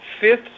fifth